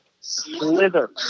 slither